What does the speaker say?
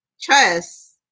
trust